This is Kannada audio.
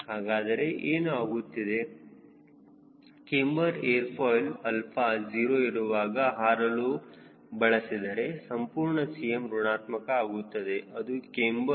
ಹಾಗಾದರೆ ಏನು ಆಗುತ್ತಿದೆ ಕ್ಯಾಮ್ಬರ್ ಏರ್ ಫಾಯ್ಲ್ ಅಲ್ಪ 0 ಇರುವಾಗ ಹಾರಲು ಬಳಸಿದರೆ ಸಂಪೂರ್ಣ Cm ಋಣಾತ್ಮಕ ಆಗುತ್ತದೆ ಇದು ಕ್ಯಾಮ್ಬರ್